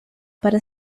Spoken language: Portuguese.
para